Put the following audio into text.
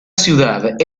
ciudad